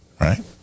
right